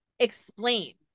explain